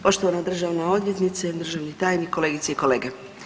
Poštovana državna odvjetnice, državni tajnik, kolegice i kolege.